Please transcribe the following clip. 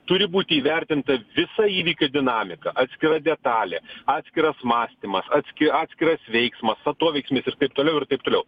turi būti įvertinta visa įvykių dinamika atskira detalė atskiras mąstymas atski atskiras veiksmas atoveiksmis ir taip toliau ir taip toliau